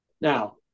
Now